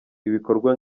ibikorwa